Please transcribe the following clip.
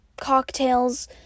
cocktails